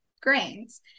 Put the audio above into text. grains